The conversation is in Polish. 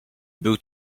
był